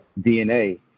DNA